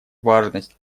важность